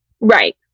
Right